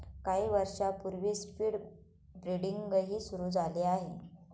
काही वर्षांपूर्वी स्पीड ब्रीडिंगही सुरू झाले आहे